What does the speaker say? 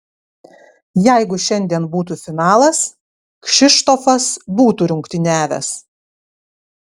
jeigu šiandien būtų finalas kšištofas būtų rungtyniavęs